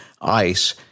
Ice